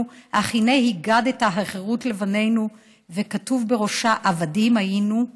/ אך הינה הגדת החירות לבנינו / וכתוב בראשה: 'עבדים היינו'